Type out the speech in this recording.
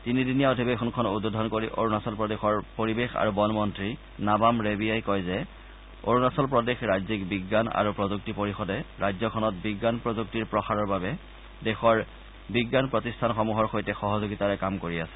তিনিদিনীয়া অধিৱেশনখন উদ্বোধন কৰি অৰুণাচল প্ৰদেশৰ পৰিৱেশ আৰু বনমন্ত্ৰী নাবাম ৰেবিয়াই কয় যে অৰুণাচল প্ৰদেশ ৰাজ্যিক বিজ্ঞান আৰু প্ৰযুক্তি পৰিষদে ৰাজ্যখনত বিজ্ঞান প্ৰযুক্তিৰ প্ৰসাৰৰ বাবে দেশৰ বিজ্ঞান প্ৰতিষ্ঠানসমূহৰ সৈতে সহযোগিতাৰে কাম কৰি আছে